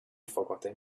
forgotten